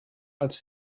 als